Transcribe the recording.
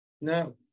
No